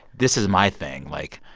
this is my thing. like,